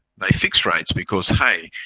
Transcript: they fix rates because, hey,